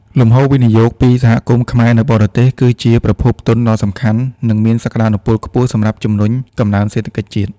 លំហូរវិនិយោគពីសហគមន៍ខ្មែរនៅបរទេស គឺជាប្រភពទុនដ៏សំខាន់ និងមានសក្ដានុពលខ្ពស់សម្រាប់ជំរុញកំណើនសេដ្ឋកិច្ចជាតិ។